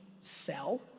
sell